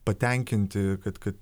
patenkinti kad kad